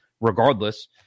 regardless